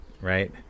right